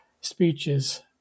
speeches